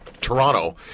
Toronto